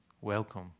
welcome